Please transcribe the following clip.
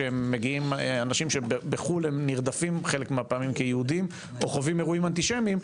אנשים בחו"ל נרדפים חלק מהפעמים כיהודים או חווים אירועים אנטישמיים,